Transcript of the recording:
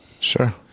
Sure